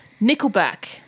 Nickelback